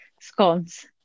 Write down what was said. scones